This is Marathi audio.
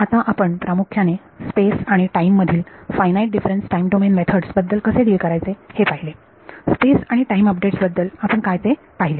आता आपण प्रामुख्याने स्पेस आणि टाईम मधील finite difference time domain methods बद्दल कसे डिल करायचे हे पाहिले स्पेस आणि टाईम अपडेट्स बद्दल आपण काय ते पाहिले